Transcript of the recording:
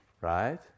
right